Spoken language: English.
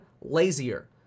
lazier